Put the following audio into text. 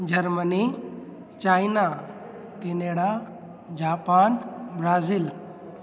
Germany China Canada Japan Brazil